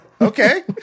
Okay